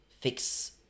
fix